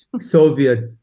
Soviet